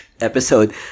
episode